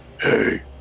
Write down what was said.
hey